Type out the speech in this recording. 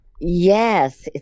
Yes